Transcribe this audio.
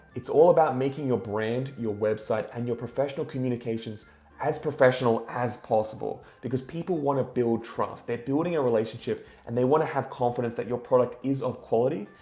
it's all about making your brand, your website and your professional communications as professional as possible because people wanna build trust. they're building a relationship and they wanna have confidence that your product is of quality.